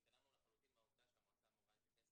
התעלמנו לחלוטין מהעובדה שהמועצה אמורה להתייחס